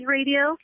Radio